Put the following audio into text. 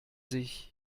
sich